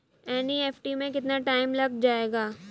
NEFT में कितना time लग जाएगा?